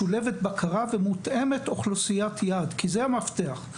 משולבת בקרה ומותאמת אוכלוסיית יעד, כי זה המפתח.